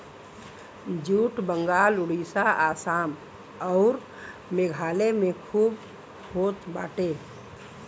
jute Bengal Orissa Assam अउर मेघालय में खूब होत बाटे